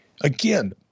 Again